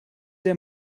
der